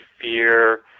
fear